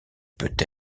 peut